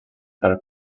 are